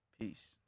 Peace